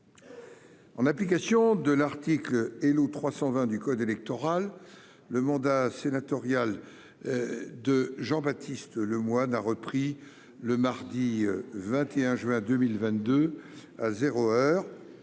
En application de l'article L.O. 320 du code électoral, le mandat sénatorial de M. Jean-Baptiste Lemoyne a repris le mardi 21 juin 2022, à zéro heure.